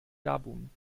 gabun